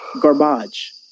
garbage